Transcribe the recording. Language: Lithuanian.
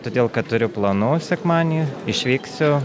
todėl kad turiu planų sekmadienį išvyksiu